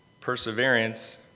perseverance